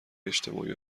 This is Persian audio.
اجتماعی